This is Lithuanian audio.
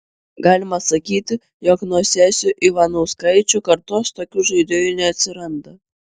galima sakyti jog nuo sesių ivanauskaičių kartos tokių žaidėjų neatsiranda